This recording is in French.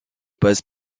passe